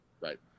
Right